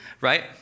right